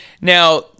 Now